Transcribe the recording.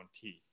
teeth